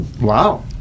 Wow